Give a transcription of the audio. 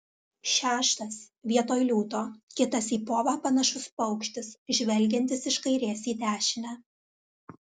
šeštas vietoj liūto kitas į povą panašus paukštis žvelgiantis iš kairės į dešinę